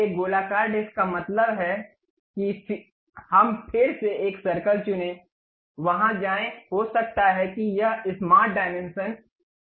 तो एक गोलाकार डिस्क का मतलब है कि हम फिर से एक सर्कल चुनें वहां जाएं हो सकता है कि यह स्मार्ट आयाम 45 इकाइयों का हो